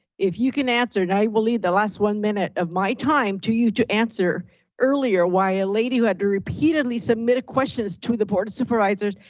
if you can answer it, i will leave the last one minute of my time to you to answer earlier why a lady who had to repeatedly submit questions to the board supervisors,